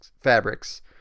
fabrics